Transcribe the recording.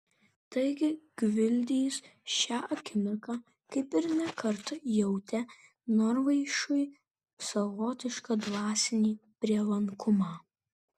taigi gvildys šią akimirką kaip ir ne kartą jautė norvaišui savotišką dvasinį prielankumą